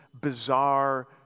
bizarre